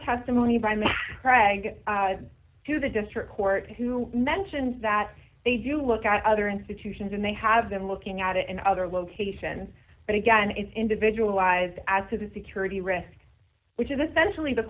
testimony by matt preg to the district court who mentioned that they do look at other institutions and they have been looking at it in other locations but again it's individualized as to the security risk which is essentially the